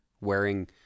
wearing